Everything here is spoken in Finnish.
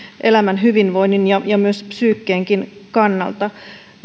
elämän hyvinvoinnin ja ja psyykenkin kannalta